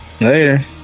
Later